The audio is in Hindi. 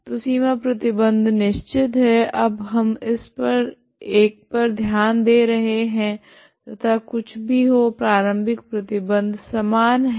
तो सीमा प्रतिबंध निश्चित है अब हम इस एक पर ध्यान दे रहे है तथा कुछ भी हो प्रारम्भिक प्रतिबंध समान है